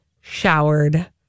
showered